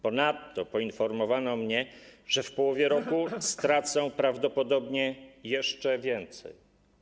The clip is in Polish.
Ponadto poinformowano mnie, że w połowie roku stracę prawdopodobnie jeszcze więcej.